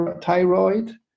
thyroid